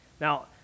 Now